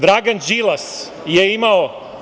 Dragan Đilas je imao…